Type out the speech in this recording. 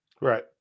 Right